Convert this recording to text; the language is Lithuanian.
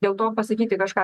dėl to pasakyti kažką